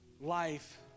life